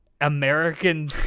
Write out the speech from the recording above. American